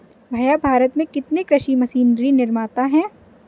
भैया भारत में कितने कृषि मशीनरी निर्माता है?